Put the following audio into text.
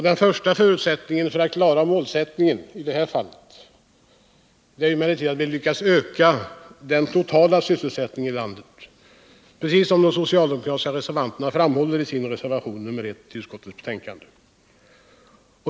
Den första förutsättningen härför är emellertid att vi lyckas öka den totala sysselsättningen i landet, vilket de socialdemokratiska reservanterna framhåller i sin reservation nr 1 till utskottets betänkande.